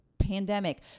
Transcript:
pandemic